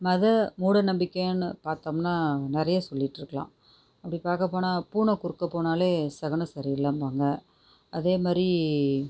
மத மூட நம்பிக்கைன்னு பார்த்தோம்முனா நிறைய சொல்லிகிட்டு இருக்கலாம் அப்படி பார்க்கப்போனா பூனை குறுக்க போனாலே சகுனம் சரி இல்லை இம்பாங்க அதே மாதிரி